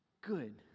good